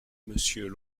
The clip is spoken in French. monsieur